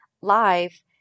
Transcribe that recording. Live